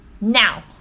now